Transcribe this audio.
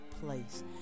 place